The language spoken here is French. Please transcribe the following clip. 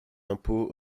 impôt